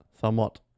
somewhat